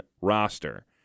roster